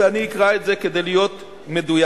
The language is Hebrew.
ואני אקרא את זה כדי להיות מדויק.